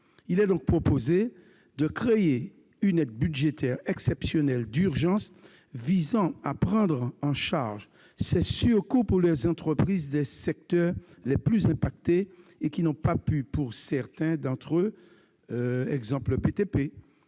Il est donc proposé de créer une aide budgétaire exceptionnelle d'urgence visant à prendre en charge ces surcoûts pour les entreprises des secteurs les plus touchés et dont certains, comme le BTP,